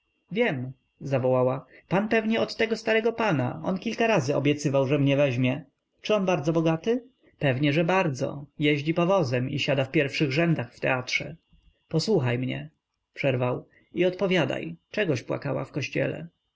wiem zawołała pan pewnie od tego starego pana on kilka razy obiecywał że mnie weźmie czy on bardzo bogaty pewnie że bardzo jeździ powozem i siada w pierwszych rzędach w teatrze posłuchaj mnie przerwał i odpowiadaj czegoś płakała w kościele